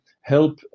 help